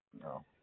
No